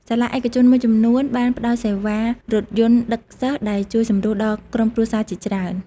សាលាឯកជនមួយចំនួនបានផ្តល់សេវារថយន្តដឹកសិស្សដែលជួយសម្រួលដល់ក្រុមគ្រួសារជាច្រើន។